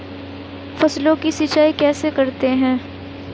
फसलों की सिंचाई कैसे करते हैं?